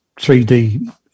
3D